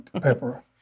pepper